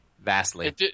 Vastly